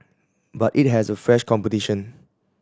but it has a fresh competition